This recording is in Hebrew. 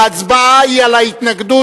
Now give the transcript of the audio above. ההצבעה היא על ההתנגדות,